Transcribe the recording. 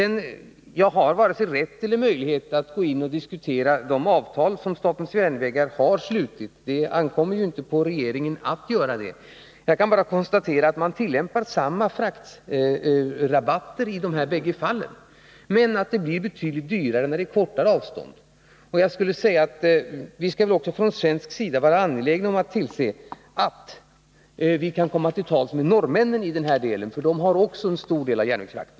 Jag har varken rätt eller möjlighet att diskutera de avtal som statens järnvägar har slutit. Det ankommer inte på regeringen att göra det. Jag kan bara konstatera att samma fraktrabatter tillämpats i båda fallen, men att det blir betydligt dyrare när avståndet är kortare. Vi skall också från svensk sida vara angelägna om att komma till tals med norrmännen i den här frågan. De har också en stor del av järnvägsfrakten.